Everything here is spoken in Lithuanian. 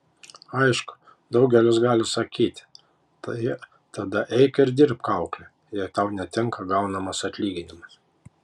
aišku daugelis gali sakyti tai tada eik ir dirbk aukle jei tau netinka gaunamas atlyginimas